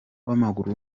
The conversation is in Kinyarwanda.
w’amaguru